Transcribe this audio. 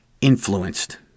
influenced